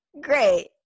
great